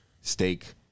steak